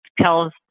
tells